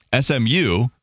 SMU